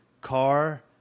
car